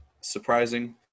surprising